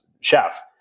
chef